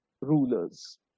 rulers